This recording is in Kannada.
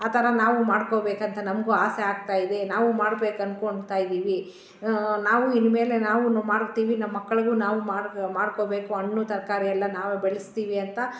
ಆ ಥರ ನಾವು ಮಾಡಿಕೊಬೇಕಂತ ನಮಗು ಆಸೆ ಆಗ್ತಾಯಿದೆ ನಾವು ಮಾಡ್ಬೇಕು ಅನ್ಕೊಂತಾಯಿದೀವಿ ನಾವು ಇನ್ಮೇಲೆ ನಾವು ಮಾಡ್ತೀವಿ ನಮ್ಮ ಮಕ್ಕಳಿಗು ನಾವು ಮಾಡಿಕೋಬೇಕು ಹಣ್ಣು ತರಕಾರಿ ಎಲ್ಲ ನಾವೇ ಬೆಳಸ್ತೀವಿ ಅಂತ